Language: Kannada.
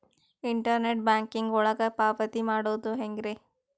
ಇಂಟರ್ನೆಟ್ ಬ್ಯಾಂಕಿಂಗ್ ಒಳಗ ಪಾವತಿ ಮಾಡೋದು ಹೆಂಗ್ರಿ?